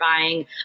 buying